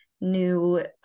new